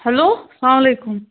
hello سلام علیکُم